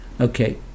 Okay